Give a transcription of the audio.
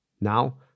Now